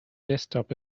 desktop